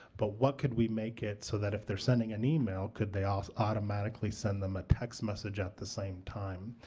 but what could we make it so that if they're sending an email, could they ah so automatically send them a text message at the same time?